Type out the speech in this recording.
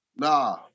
nah